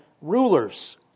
rulers